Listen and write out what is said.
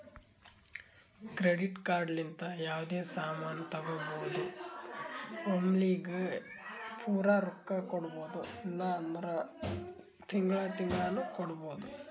credit card ಲಿಂತ ಯಾವ್ದೇ ಸಾಮಾನ್ ತಗೋಬೋದು ಒಮ್ಲಿಗೆ ಪೂರಾ ರೊಕ್ಕಾ ಕೊಡ್ಬೋದು ಇಲ್ಲ ಅಂದುರ್ ತಿಂಗಳಾ ತಿಂಗಳಾನು ಕೊಡ್ಬೋದು